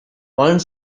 one